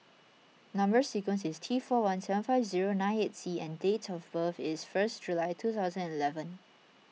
Number Sequence is T four one seven five zero nine eight C and date of birth is first July two thousand and eleven